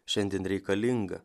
šiandien reikalinga